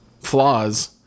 flaws